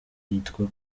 yitwa